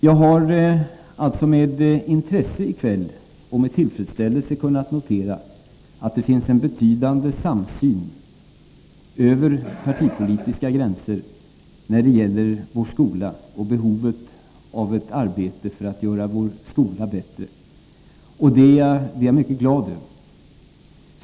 Jag har med intresse och tillfredsställelse i kväll kuhnat notera att det finns en betydande samsyn över partipolitiska gränser när det gäller vår skola och behovet av ett arbete för att göra vår skola bättre. Jag är mycket glad över detta.